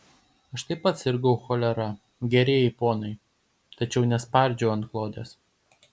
aš taip pat sirgau cholera gerieji ponai tačiau nespardžiau antklodės